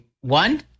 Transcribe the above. one